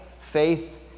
faith